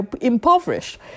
impoverished